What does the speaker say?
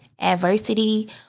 adversity